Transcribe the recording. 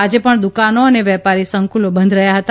આજે પણ દ્વકાનો અને વેપારી સંકલો બંધ રહ્યા હતા